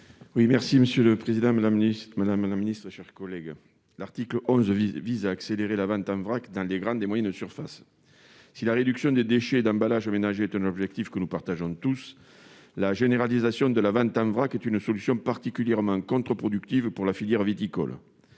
Cabanel, pour présenter l'amendement n° 221 rectifié. L'article 11 vise à accélérer la vente en vrac dans les moyennes et grandes surfaces. Si la réduction des déchets issus d'emballages ménagers est un objectif que nous partageons tous, la généralisation de la vente en vrac est une solution particulièrement contre-productive pour la filière viticole.